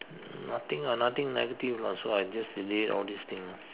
um nothing lah nothing negative lah so I just delete all these things lah